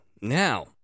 Now